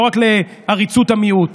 לא רק לעריצות המיעוט.